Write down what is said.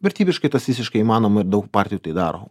vertybiškai tas visiškai įmanoma ir daug partijų tai daro